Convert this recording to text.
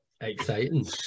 Exciting